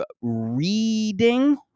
reading